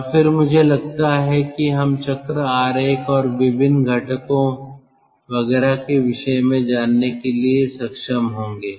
और फिर मुझे लगता है कि हम चक्र आरेख और विभिन्न घटकों वगैरह की विषय में जानने के लिए सक्षम होंगे